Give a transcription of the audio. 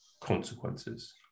consequences